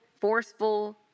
forceful